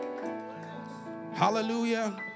Hallelujah